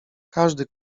każdy